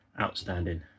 outstanding